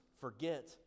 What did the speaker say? forget